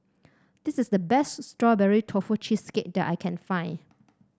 this is the best Strawberry Tofu Cheesecake that I can find